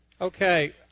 Okay